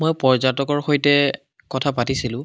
মই পৰ্যটকৰ সৈতে কথা পাতিছিলোঁ